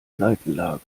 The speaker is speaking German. seitenlage